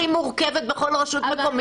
הכי מורכבת בכל רשות מקומית.